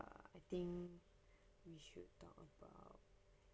I think we should talk about